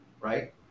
right